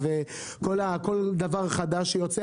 וכל דבר חדש שיוצא,